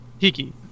Hiki